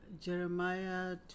Jeremiah